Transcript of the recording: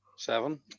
Seven